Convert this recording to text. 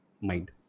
mind